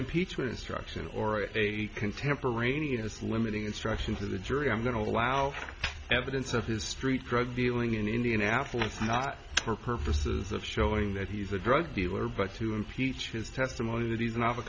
impeachment instruction or a contemporaneous limiting instruction to the jury i'm going to allow evidence of his street drug dealing in indianapolis not for purposes of showing that he's a drug dealer but to impeach his testimony that he's